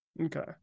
Okay